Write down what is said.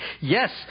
Yes